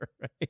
right